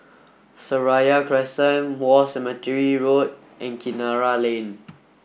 Seraya Crescent War Cemetery Road and Kinara Lane